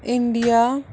India